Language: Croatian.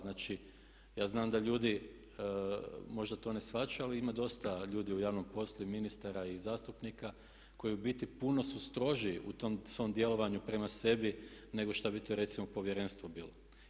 Znači, ja znam da ljudi možda to ne shvaćaju, ali ima dosta ljudi u javnom poslu i ministara i zastupnika koji u biti puno su stroži u tom svom djelovanju prema sebi nego što bi to recimo Povjerenstvo bilo.